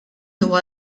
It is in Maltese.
huwa